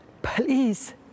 Please